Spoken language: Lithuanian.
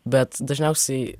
bet dažniausiai